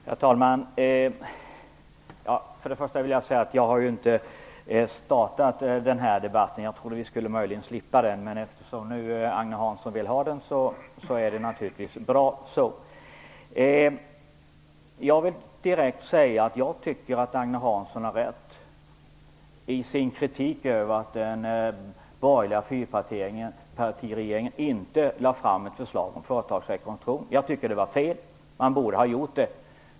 Herr talman! För det första vill jag säga att jag inte har startat den här debatten. Jag trodde att vi möjligen skulle slippa den. Men eftersom Agne Hansson vill ha den är det naturligtvis bra så. Jag tycker att Agne Hansson har rätt i sin kritik av att den borgerliga fyrpartiregeringen inte lade fram ett förslag om företagsrekonstruktion. Det var fel, och man borde har gjort det.